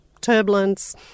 turbulence